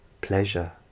pleasure